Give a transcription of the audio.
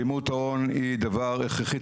הלימות ההון היא דבר הכרחי,